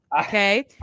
Okay